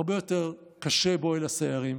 הרבה יותר קשה באוהל הסיירים,